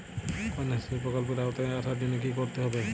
কন্যাশ্রী প্রকল্পের আওতায় আসার জন্য কী করতে হবে?